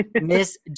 Miss